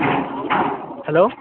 hello